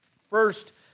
First